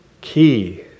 Key